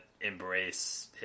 embrace